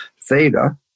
theta